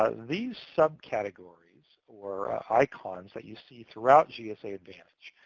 ah these subcategories, or icons, that you see throughout gsa advantage,